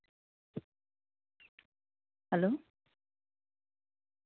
hello